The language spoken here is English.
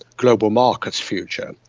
global markets future.